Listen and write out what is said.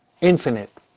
infinite